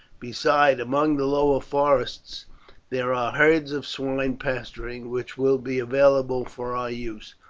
besides, among the lower forests there are herds of swine pasturing, which will be available for our use.